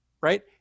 Right